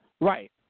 Right